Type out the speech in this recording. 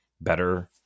better